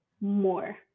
more